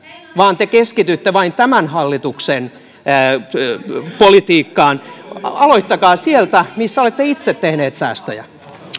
vaan te keskitytte vain tämän hallituksen politiikkaan aloittakaa sieltä missä olette itse tehneet säästöjä